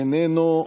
איננו,